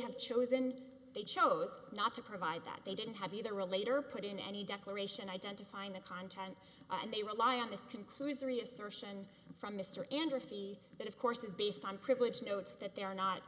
have chosen they chose not to provide that they didn't have either a later put in any declaration identifying the content and they rely on this conclusory assertion from mr enderby that of course is based on privileged notes that they're not